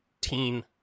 teen